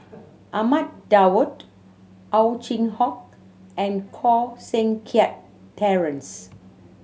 Ahmad Daud Ow Chin Hock and Koh Seng Kiat Terence